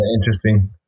interesting